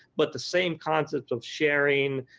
but the same concept of sharing